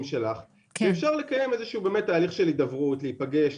שלך שאפשר לקיים תהליך של הידברות להיפגש,